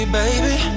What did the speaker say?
baby